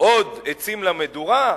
עוד עצים למדורה,